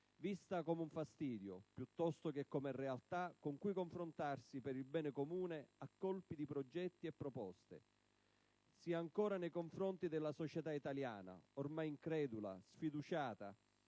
vista come un fastidio piuttosto che come realtà con cui confrontarsi per il bene comune a colpi di progetti e proposte, sia, ancora, nei confronti della società italiana, ormai incredula, sfiduciata